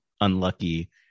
unlucky